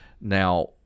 Now